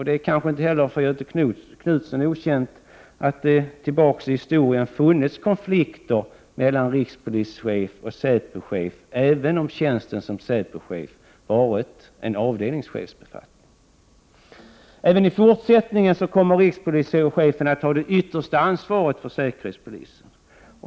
Det kanske inte heller är okänt för Göthe Knutson att det litet längre tillbaka i historien har funnits konflikter mellan rikspolischef och säpochef, även om tjänsten som säpochef varit en avdelningschefsbefattning. Även i fortsättningen kommer rikspolischefen att ha det yttersta ansvaret för säkerhetspolisen.